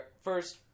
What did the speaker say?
first